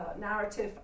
narrative